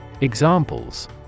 Examples